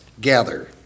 gather